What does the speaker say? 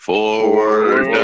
Forward